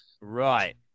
Right